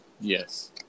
Yes